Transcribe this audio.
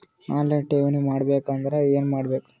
On line ಠೇವಣಿ ಮಾಡಬೇಕು ಅಂದರ ಏನ ಮಾಡಬೇಕು?